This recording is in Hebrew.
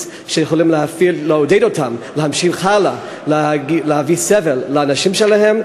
שיכולים לעודד אותם להמשיך הלאה ולהביא סבל על הנשים שלהם.